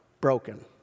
broken